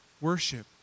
worship